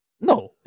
No